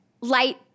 light